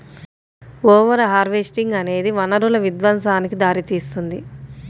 over harvesting అనేది వనరుల విధ్వంసానికి దారితీస్తుంది